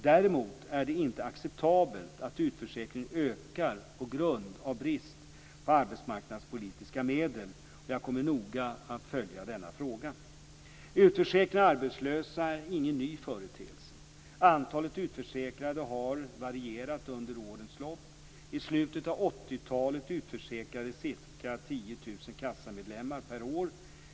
Däremot är det inte acceptabelt att utförsäkringen ökar på grund av brist på arbetsmarknadspolitiska medel. Jag kommer att noga följa denna fråga. Utförsäkring av arbetslösa är ingen ny företeelse. Antalet utförsäkrade har varierat under årens lopp. I slutet av 80-talet utförsäkrades ca 10 000 kassamedlemmar per år.